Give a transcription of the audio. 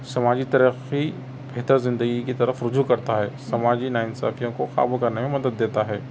سماجی ترقی بہتر زندگی کی طرف رجوع کرتا ہے سماجی ناانصافیوں کو قابو کرنے میں مدد دیتا ہے